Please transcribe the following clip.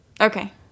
okay